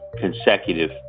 consecutive